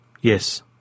Yes